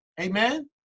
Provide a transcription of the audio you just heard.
Amen